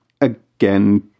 again